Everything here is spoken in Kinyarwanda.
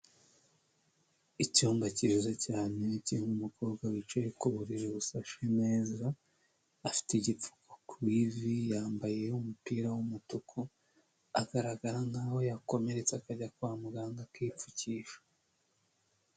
Icyumba cyiza cyane kirimo umukobwa wicaye ku buriri busashe neza afite igipfuko ku ivi yambaye umupira w'umutuku; agaragara nk'aho yakomeretse akajya kwa muganga akipfukisha.